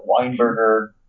Weinberger